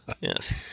Yes